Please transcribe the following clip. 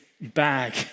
bag